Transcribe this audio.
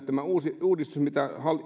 tämä uudistus mitä